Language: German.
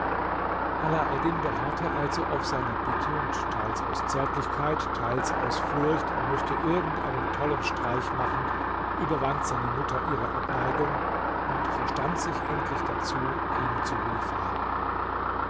alaeddin beharrte also auf seiner bitte und teils aus zärtlichkeit teils aus furcht er möchte irgend einen tollen streich machen überwand seine mutter ihre abneigung und verstand sich endlich dazu ihm zu